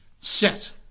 set